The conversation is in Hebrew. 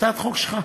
הצעת חוק שלך,